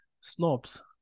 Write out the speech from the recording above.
snobs